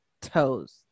toes